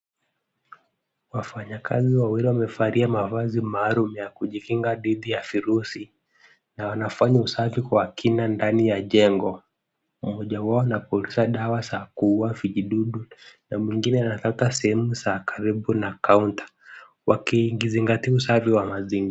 Wafanyakazi wawili wamevalia mavazi maalum ya kujikinga dhidi ya virusi na wanafanya usafi kwa kina ndani ya jengo. Mmoja wao anapuliza dawa za kuua vijidudu na mwingine anapaka sehemu za karibu na counter , wakizingatia usafi wa mazingira.